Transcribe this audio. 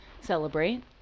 celebrate